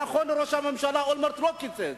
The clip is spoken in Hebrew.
נכון, ראש הממשלה אולמרט לא קיצץ.